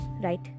right